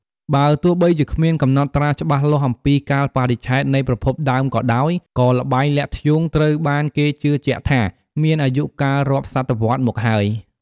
បើទោះបីជាគ្មានកំណត់ត្រាច្បាស់លាស់អំពីកាលបរិច្ឆេទនៃប្រភពដើមក៏ដោយ ក៏ល្បែងលាក់ធ្យូងត្រូវបានគេជឿជាក់ថាមានអាយុកាលរាប់សតវត្សរ៍មកហើយ។